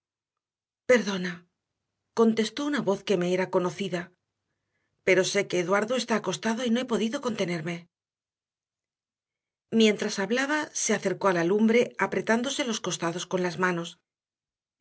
perdona contestó una voz que me era conocida pero sé que eduardo está acostado y no he podido contenerme mientras hablaba se acercó a la lumbre apretándose los costados con las manos